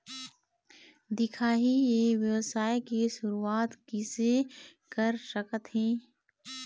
दिखाही ई व्यवसाय के शुरुआत किसे कर सकत हे?